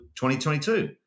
2022